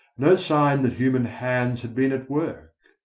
no sign that human hands had been at work.